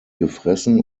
gefressen